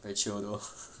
very chio though